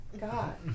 God